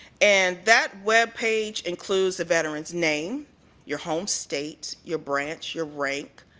and that web page includes a veterans name your home state your branch, your rank,